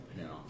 No